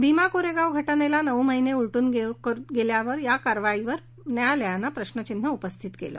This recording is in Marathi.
भीमा कोरेगाव घटनेला नऊ महिने उलटून गेल्यावर केलेल्या या कारवाईवर न्यायालयानं प्रश्न उपस्थित केला